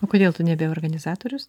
o kodėl tu nebe organizatorius